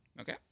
Okay